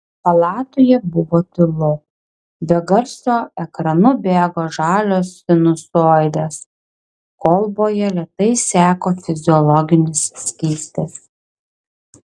palatoje buvo tylu be garso ekranu bėgo žalios sinusoidės kolboje lėtai seko fiziologinis skystis